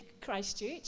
Christchurch